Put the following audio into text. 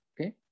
Okay